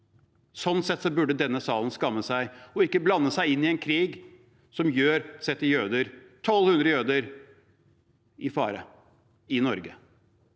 Slik sett burde denne salen skamme seg – og ikke blande seg inn i en krig som setter 1 200 jøder i Norge i fare.